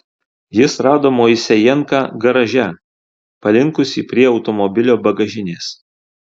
jis rado moisejenką garaže palinkusį prie automobilio bagažinės